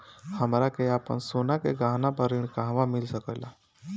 हमरा के आपन सोना के गहना पर ऋण कहवा मिल सकेला?